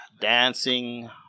dancing